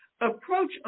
approach